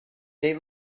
they